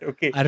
Okay